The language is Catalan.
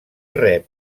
rep